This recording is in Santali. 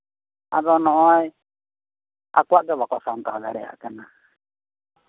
ᱟᱫᱚ ᱱᱚᱜᱼᱚᱭ ᱟᱠᱚᱣᱟᱜ ᱜᱮ ᱵᱟᱠᱚ ᱥᱟᱢᱴᱟᱣ ᱫᱟᱲᱮᱭᱟᱜ ᱠᱟᱱᱟ